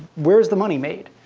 where's the money made?